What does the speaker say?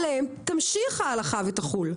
עליהם תמשיך ההלכה ותחול,